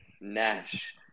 Nash